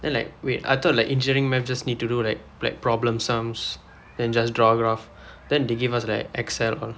then like wait I thought like engineering math just need to do like like problem sums then just draw graph then they give us right excel all